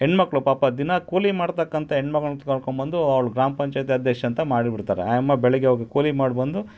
ಹೆಣ್ಣು ಮಕ್ಕಳು ಪಾಪ ದಿನ ಕೂಲಿ ಮಾಡತಕ್ಕಂಥ ಹೆಣ್ಮಕ್ಳನ್ನು ಕರ್ಕೊಂಡ್ಬಂದು ಅವಳು ಗ್ರಾಮ ಪಂಚಾಯಿತಿ ಅಧ್ಯಕ್ಷೆ ಅಂತ ಮಾಡಿ ಬಿಡ್ತಾರೆ ಆ ಅಮ್ಮ ಬೆಳಿಗ್ಗೆ ಹೋಗಿ ಕೂಲಿ ಮಾಡಿಬಂದು